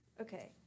Okay